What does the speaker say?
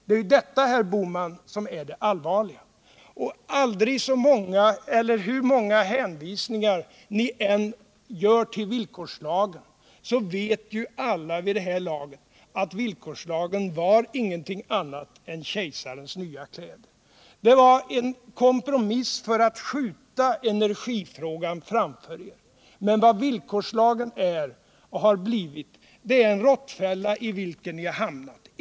Det är ju detta, herr Bohman, som är det allvarliga. Hur många hänvisningar ni än gör till villkorslagen vet alla vid det här laget att den ingenting annat var än kejsarens nya kläder. Det var en kompromiss för att ni skulle kunna skjuta energifrågan framför er. Men villkorslagen har blivit en råttfälla i vilken ni hamnat.